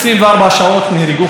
ומה הממשלה עושה?